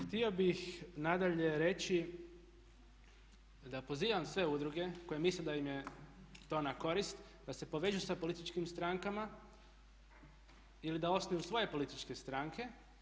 Htio bih nadalje reći da pozivam sve udruge koje misle da im je to na korist da se povežu sa političkim strankama ili da osnuju svoje političke stranke.